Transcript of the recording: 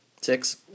Six